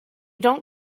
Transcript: don’t